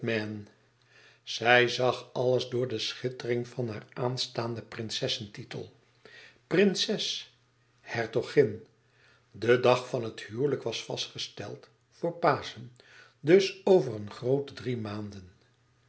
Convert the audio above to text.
zij zag alles door de schittering van haar aanstaanden prinsesse titel prinses hertogin de dag van het huwelijk was vastgesteld vor paschen dus over een groote drie maanden